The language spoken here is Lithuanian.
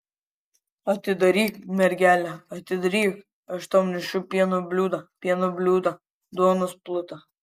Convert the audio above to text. atidaryk mergele atidaryk aš tau nešu pieno bliūdą pieno bliūdą duonos plutą